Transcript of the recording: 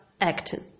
acting